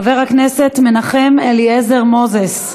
חבר הכנסת מנחם אליעזר מוזס.